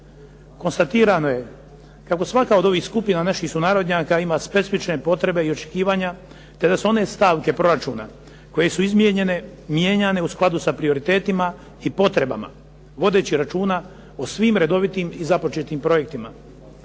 Konstatirano je kako svaka od ovih skupina naših sunarodnjaka ima specifične potrebe i očekivanja te da su one stavke proračuna koje su izmijenjene mijenjane u skladu sa prioritetima i potrebama vodeći računa o svim redovitim i započetim projektima.